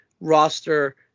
roster